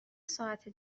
ساعت